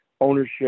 ownership